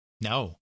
No